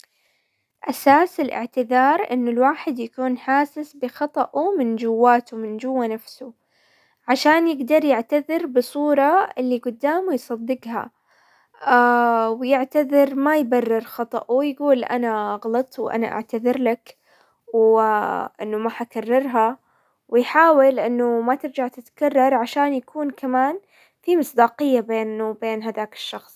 اساس الاعتذار انه الواحد يكون حاسس بخطأه من جواته، من جوا نفسه، عشان يقدر يعتذر بالصورة اللي قدامه يصدقها ويعتذر، ما يبرر خطأه، ويقول انا غلطت وانا اعتذرلك وانه ما حكررها ويحاول انه ما ترجع تتكرر، عشان يكون كمان في مصداقية بينه وبين هداك الشخص.